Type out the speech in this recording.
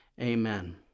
Amen